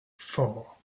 four